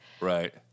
right